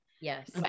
Yes